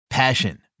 Passion